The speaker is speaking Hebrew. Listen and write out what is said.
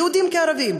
יהודים כערבים,